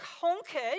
conquered